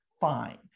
fine